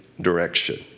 direction